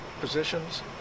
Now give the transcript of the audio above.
positions